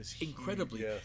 incredibly